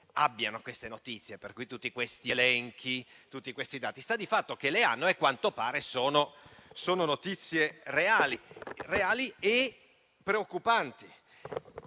abbiano queste notizie, con tutti gli elenchi e i dati. Sta di fatto che le hanno e, a quanto pare, sono notizie reali e preoccupanti.